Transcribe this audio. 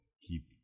keep